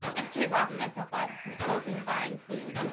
i stay robin myself. i'm smoking buying food